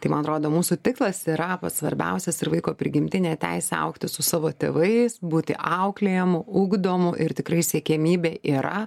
tai man atrodo mūsų tikslas yra pats svarbiausias ir vaiko prigimtinė teisė augti su savo tėvais būti auklėjamu ugdomu ir tikrai siekiamybė yra